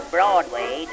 Broadway